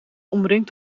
omringd